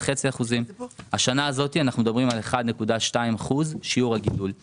3.5%. השנה הזאת אנחנו מדברים על שיעור גידול של